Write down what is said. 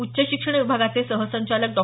उच्च शिक्षण विभागाचे सहसंचालक डॉ